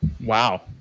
wow